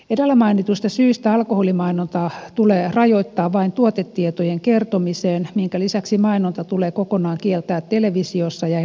edellä mainituista syistä alkoholimainonta tulee rajoittaa vain tuotetietojen kertomiseen minkä lisäksi mainonta tulee kokonaan kieltää televisiossa ja elokuvissa